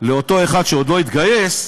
לאותו אחד שעוד לא התגייס,